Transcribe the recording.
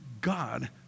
God